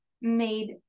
made